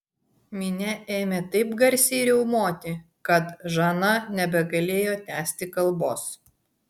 minia ėmė taip garsiai riaumoti kad žana nebegalėjo tęsti kalbos